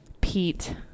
Pete